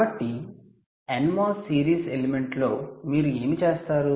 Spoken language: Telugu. కాబట్టి NMOS సిరీస్ ఎలిమెంట్ లో మీరు ఏమి చేస్తారు